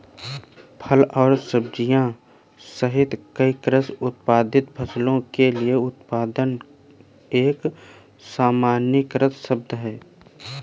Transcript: फल और सब्जियां सहित कई कृषि उत्पादित फसलों के लिए उत्पादन एक सामान्यीकृत शब्द है